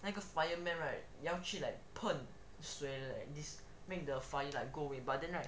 那个 fireman right 要去 like 泼水 like this make the fire like go away but then right